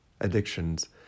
addictions